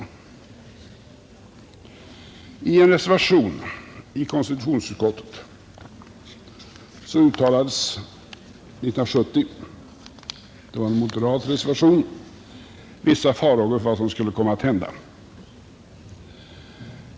I en moderat reservation inom konstitutionsutskottet uttalades 1970 vissa farhågor för vad som skulle komma att hända.